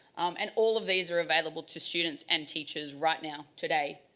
and all of these are available to students and teachers right now, today,